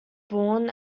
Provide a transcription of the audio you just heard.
born